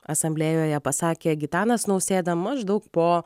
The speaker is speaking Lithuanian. asamblėjoje pasakė gitanas nausėda maždaug po